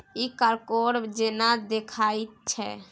इ कॉकोड़ जेना देखाइत छै